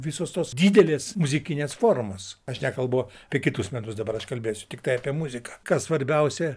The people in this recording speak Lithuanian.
visos tos didelės muzikinės formos aš nekalbu apie kitus metus dabar aš kalbėsiu tiktai apie muziką kas svarbiausia